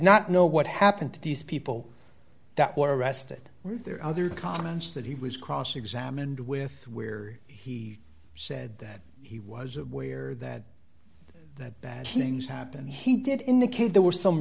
not know what happened to these people that were arrested were there other comments that he was cross examined with where he said that he was aware that that bad things happened he did indicate there were some